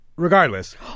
Regardless